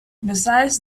besides